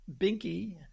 Binky